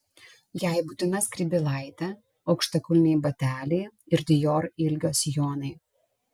jai būtina skrybėlaitė aukštakulniai bateliai ir dior ilgio sijonai